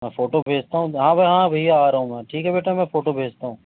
میں فوٹو بھیجتا ہوں ہاں بھائی ہاں بھیا آ رہا ہوں میں ٹھیک ہے بیٹا میں فوٹو بھیجتا ہوں